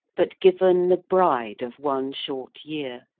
but given the bride of one short year.